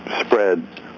spread